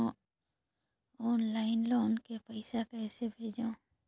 Online loan के पईसा कइसे भेजों?